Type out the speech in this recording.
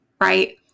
right